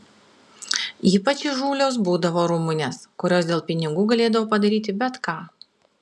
ypač įžūlios būdavo rumunės kurios dėl pinigų galėdavo padaryti bet ką